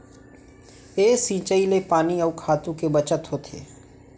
ए सिंचई ले पानी अउ खातू के बचत होथे